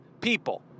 people